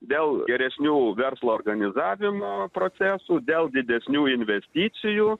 dėl geresnių verslo organizavimo procesų dėl didesnių investicijų